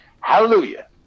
Hallelujah